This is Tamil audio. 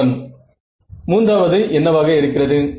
மாணவன் மூன்றாவது என்னவாக இருக்கிறது